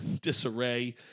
disarray